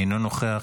אינו נוכח,